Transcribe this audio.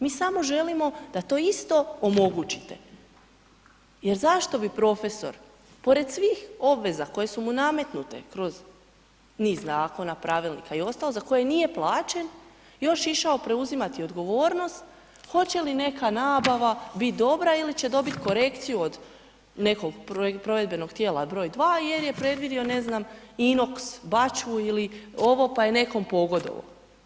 Mi samo želimo da to isto omogućite jer zašto bi profesor pored svih obveza koje su mi nametnute kroz niz zakona, pravilnika i ostalo za koje nije plaćen, još išao preuzimati odgovornost hoće li neka nabava biti dobra ili će dobiti korekciju od nekog provedbenog tijela br. 2 jer je predvidio ne znam, inox bačvu ili ovo pa je nekom pogodovao.